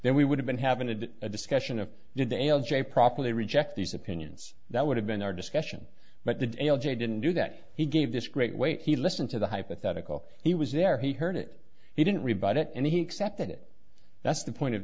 then we would have been having had a discussion of did the l j properly reject these opinions that would have been our discussion but the detail jay didn't do that he gave this great weight he listened to the hypothetical he was there he heard it he didn't rebut it and he accepted it that's the point of